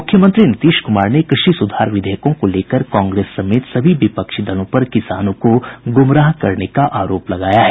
मुख्यमंत्री नीतीश कुमार ने कृषि सुधार विधेयकों को लेकर कांग्रेस समेत सभी विपक्षी दलों पर किसानों को गुमराह करने का आरोप लगाया है